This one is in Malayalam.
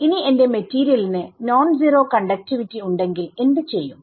ഇനി എന്റെ മെറ്റീരിയലിന് നോൺ സീറോ കണ്ടക്റ്റിവിറ്റി ഉണ്ടെങ്കിൽ എന്ത് ചെയ്യും